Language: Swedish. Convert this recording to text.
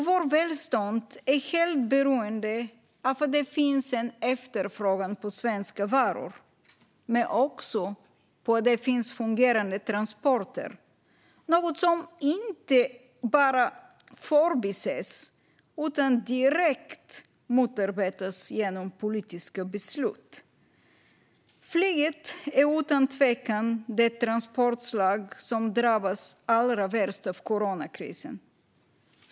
Vårt välstånd är helt beroende av att det finns en efterfrågan på svenska varor men också av att det finns fungerande transporter, något som ofta inte bara förbises utan direkt motarbetas genom politiska beslut. Flyget är utan tvekan det transportslag som har drabbats allra värst av coronakrisen.